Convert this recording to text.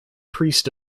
priest